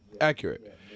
Accurate